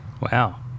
Wow